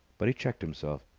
but he checked himself.